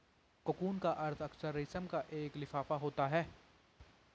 cocoon का अर्थ अक्सर रेशम का एक लिफाफा होता है